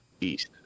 East